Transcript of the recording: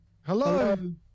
Hello